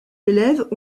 élèves